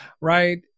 right